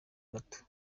gato